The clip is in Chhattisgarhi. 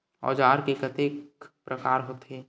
औजार के कतेक प्रकार होथे?